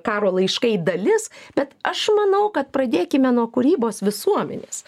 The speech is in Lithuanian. karo laiškai dalis bet aš manau kad pradėkime nuo kūrybos visuomenės